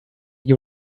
you